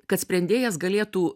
kad sprendėjas galėtų